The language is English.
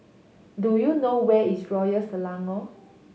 do you know where is Royal Selangor